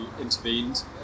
intervened